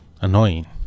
annoying